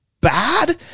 bad